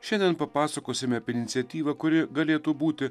šiandien papasakosime apie iniciatyvą kuri galėtų būti